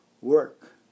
work